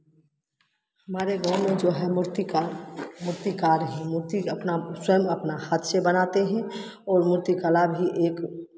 हमारे गाँव में जो हैं मूर्तिकार मूर्तिकार हैं मूर्ति अपना स्वयं अपना हाथ से बनाते हैं और मूर्ति कला भी एक